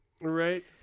right